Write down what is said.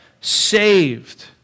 saved